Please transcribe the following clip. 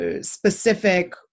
specific